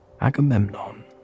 Agamemnon